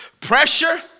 Pressure